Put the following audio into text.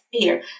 fear